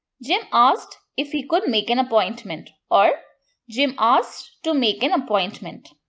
jim asked if he could and make an appointment. or jim asked to make an appointment.